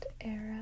era